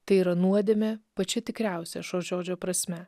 tai yra nuodėmė pačia tikriausia šio žodžio prasme